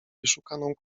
wyszukaną